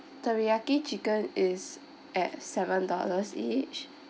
teriyaki chicken is at seven dollars each